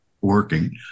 working